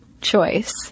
choice